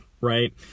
right